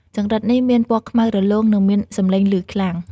ចង្រិតនេះមានពណ៌ខ្មៅរលោង និងមានសម្លេងលឺខ្លាំង។